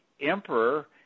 emperor